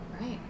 Right